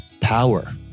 power